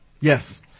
Yes